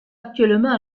actuellement